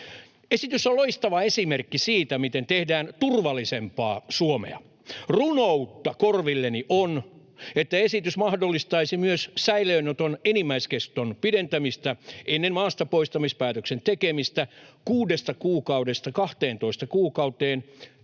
Esitys on loistava esimerkki siitä, miten tehdään turvallisempaa Suomea. Runoutta korvilleni on, että esitys mahdollistaisi myös säilöönoton enimmäiskeston pidentämistä ennen maastapoistamispäätöksen tekemistä 6 kuukaudesta